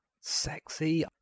sexy